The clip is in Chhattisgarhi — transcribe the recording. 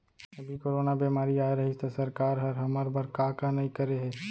अभी कोरोना बेमारी अए रहिस त सरकार हर हमर बर का का नइ करे हे